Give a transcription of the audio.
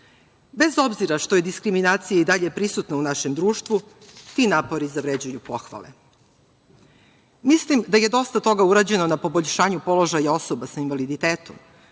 obzira što je diskriminacija i dalje prisutna u našem društvu ti napori zavređuju pohvale. Mislim da je dosta toga urađeno na poboljšanju položaja osoba sa invaliditetom,